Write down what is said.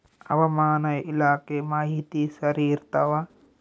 ಹವಾಮಾನ ಇಲಾಖೆ ಮಾಹಿತಿ ಸರಿ ಇರ್ತವ?